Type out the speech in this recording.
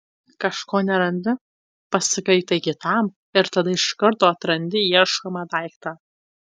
kažko nerandi pasakai tai kitam ir tada iš karto atrandi ieškomą daiktą